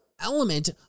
element